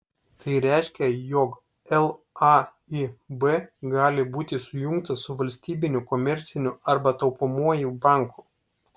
tai reiškia jog laib gali būti sujungtas su valstybiniu komerciniu arba taupomuoju banku